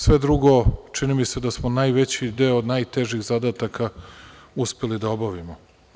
Sve drugo, čini mi se da smo najveći deo najtežih zadataka uspeli da obavimo.